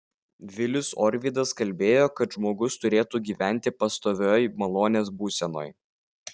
vilius orvydas kalbėjo kad žmogus turėtų gyventi pastovioj malonės būsenoj